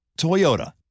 Toyota